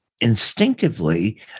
Instinctively